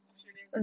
australians ah